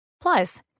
Plus